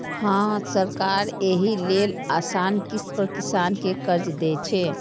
हां, सरकार एहि लेल आसान किस्त पर किसान कें कर्ज दै छै